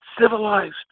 civilized